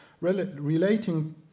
Relating